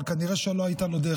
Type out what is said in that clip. אבל כנראה שלא הייתה לו דרך,